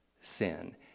sin